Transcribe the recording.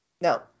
No